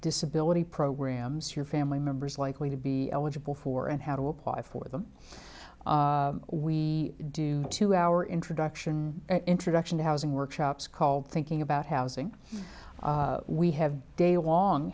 disability programs your family members likely to be eligible for and how to apply for them we do to our introduction introduction to housing workshops called thinking about housing we have daylong